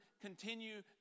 continue